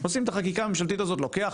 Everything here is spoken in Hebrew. לוקח